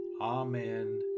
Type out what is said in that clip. Amen